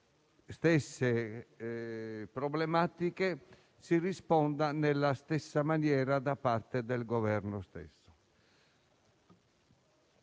stesse problematiche si risponda nella stessa maniera da parte del Governo.